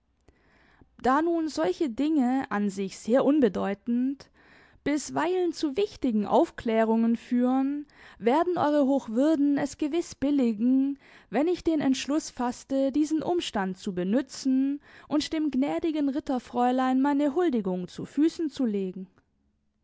da nun solche dinge an sich sehr unbedeutend bisweilen zu wichtigen aufklärungen führen werden euer hochwürden es gewiß billigen wenn ich den entschluß faßte diesen umstand zu benützen und dem gnädigen ritterfräulein meine huldigung zu füßen zu legen